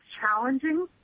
challenging